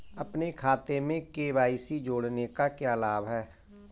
अपने खाते में के.वाई.सी जोड़ने का क्या लाभ है?